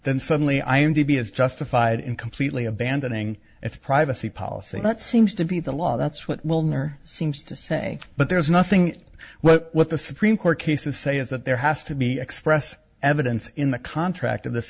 then suddenly i am to be is justified in completely abandoning its privacy policy that seems to be the law that's what will never seems to say but there's nothing well what the supreme court cases say is that there has to be express evidence in the contract of this